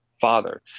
father